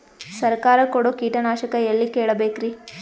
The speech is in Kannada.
ಸರಕಾರ ಕೊಡೋ ಕೀಟನಾಶಕ ಎಳ್ಳಿ ಕೇಳ ಬೇಕರಿ?